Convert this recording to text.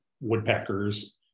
woodpeckers